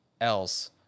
else